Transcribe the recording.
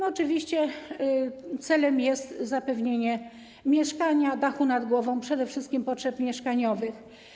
Oczywiście celem jest zapewnienie mieszkania, dachu nad głową, przede wszystkim potrzeb mieszkaniowych.